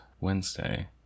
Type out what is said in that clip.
Wednesday